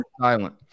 silent